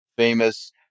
famous